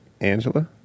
Angela